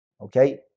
Okay